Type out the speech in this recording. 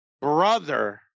brother